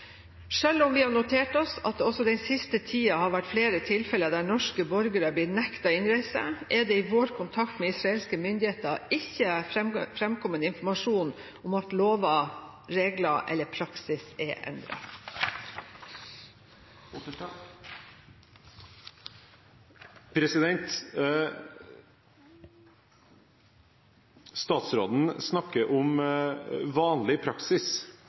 om vi har notert oss at det også den siste tida har vært flere tilfeller der norske borgere er blitt nektet innreise, er det i vår kontakt med israelske myndigheter ikke framkommet informasjon om at lover, regler eller praksis er endret. Statsråden snakker om «vanlig praksis»